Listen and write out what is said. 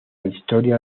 historia